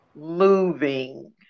moving